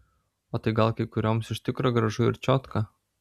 o tai gal kai kurioms iš tikro gražu ir čiotka